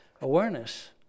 awareness